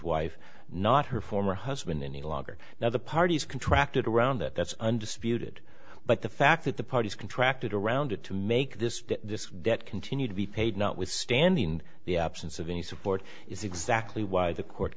wife not her former husband any longer now the parties contract it around that that's undisputed but the fact that the parties contracted around it to make this debt continue to be paid notwithstanding the absence of any support is exactly why the court